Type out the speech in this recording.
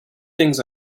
things